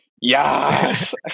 yes